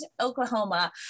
Oklahoma